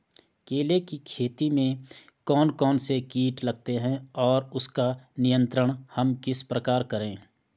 केले की खेती में कौन कौन से कीट लगते हैं और उसका नियंत्रण हम किस प्रकार करें?